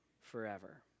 forever